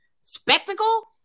spectacle